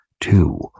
two